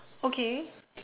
okay